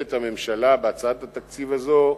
הממשלה עובדת בהצעת התקציב הזאת,